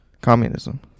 communism